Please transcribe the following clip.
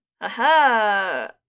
Aha